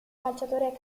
calciatore